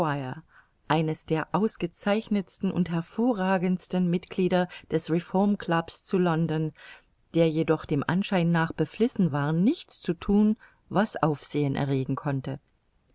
eines der ausgezeichnetsten und hervorragendsten mitglieder des reformclubs zu london der jedoch dem anschein nach beflissen war nichts zu thun was aufsehen erregen konnte